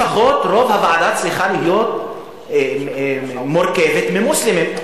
לפחות רוב הוועדה צריך להיות מורכב ממוסלמים,